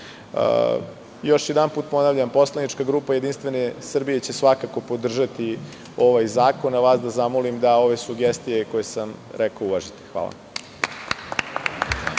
jednom ponavljam, poslanika grupa JS će svakako podržati ovaj zakon, a vas bih zamolio da ove sugestije koje sam rekao uvažite. Hvala.